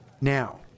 Now